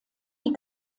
die